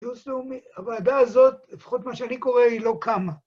הוועדה הזאת, לפחות מה שאני קורא, היא לא קמה.